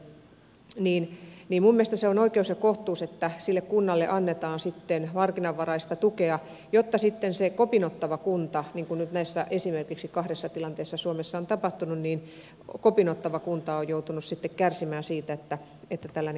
minun mielestäni se on oikeus ja kohtuus että kunnalle annetaan sitten harkinnanvaraista tukea jotta sitten se kopin ottava kunta koska nyt esimerkiksi kahdessa tilanteessa suomessa on tapahtunut että kopin ottava kunta on joutunut kärsimään siitä että kriisikunta pakkoliitetään